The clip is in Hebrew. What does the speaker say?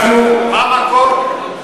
מה המקור?